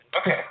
Okay